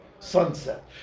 Sunset